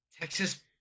Texas